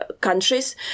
countries